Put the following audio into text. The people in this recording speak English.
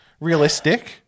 realistic